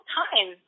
time